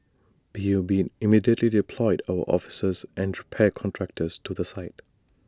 P U B immediately deployed our officers and repair contractors to the site